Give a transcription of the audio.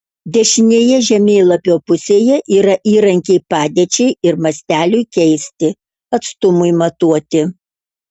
dešinėje žemėlapio pusėje yra įrankiai padėčiai ir masteliui keisti atstumui matuoti